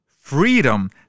freedom